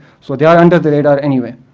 so they are under the radar anyway.